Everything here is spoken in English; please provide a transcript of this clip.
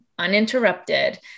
uninterrupted